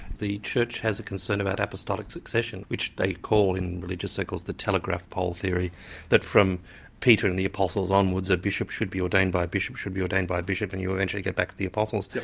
the church has a concern about apostolic succession, which they call in religious circles the telegraph pole theory that from peter and the apostles onwards, a bishop should be ordained by a bishop should be ordained by a bishop and you eventually get back to the apostles.